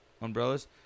umbrellas